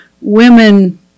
women